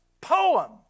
poem